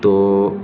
تو